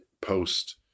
post